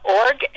org